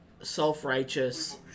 self-righteous